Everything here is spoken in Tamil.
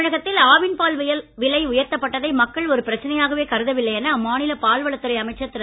தமிழகத்தில் ஆவின் பால் விலை உயர்த்தப்பட்டதை மக்கள் ஒரு பிரச்சனையாகவே கருதவில்லை என அம்மாநில பால்வளத் துறை அமைச்சர் திரு